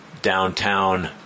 Downtown